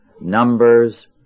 Numbers